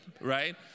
right